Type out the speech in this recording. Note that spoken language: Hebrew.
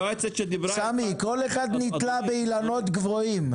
כל אחד נתלה באילנות גבוהים.